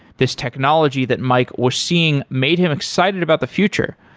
this technology that mike was seeing made him excited about the future,